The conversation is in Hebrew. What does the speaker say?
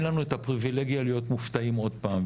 לנו את הפריבילגיה להיות מופתעים עוד פעם,